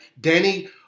Danny